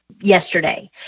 yesterday